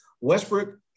Westbrook